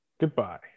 Goodbye